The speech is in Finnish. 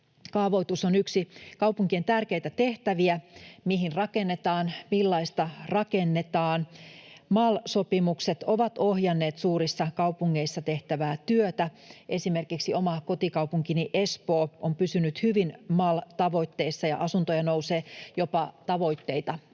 Kaavoitus on yksi kaupunkien tärkeitä tehtäviä: mihin rakennetaan, millaista rakennetaan. MAL-sopimukset ovat ohjanneet suurissa kaupungeissa tehtävää työtä. Esimerkiksi oma kotikaupunkini Espoo on pysynyt hyvin MAL-tavoitteissa, ja asuntoja nousee jopa tavoitteita